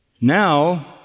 Now